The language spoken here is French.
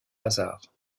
hasard